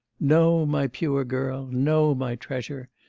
no, my pure girl no, my treasure.